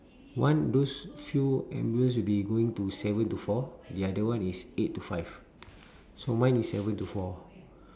one those few ambulance will be going to seven to four the other one is eight to five so mine is seven to four